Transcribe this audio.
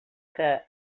que